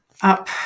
up